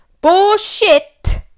Bullshit